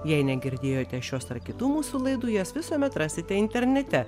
jei negirdėjote šios ar kitų mūsų laidų jas visuomet rasite internete